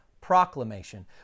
proclamation